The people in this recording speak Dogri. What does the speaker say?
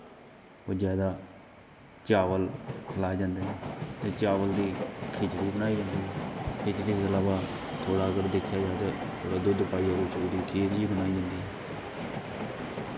कोई जादा चावल खलाए जंदे न ते चावल दी खिचड़ी बनाई जंदी ऐ खिचड़ी दे इलावा थोह्ड़ा अगर दिक्खेआ जा ते थोह्ड़ा दुध्द पाईयै खीर जी बनाई जंदी